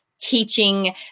teaching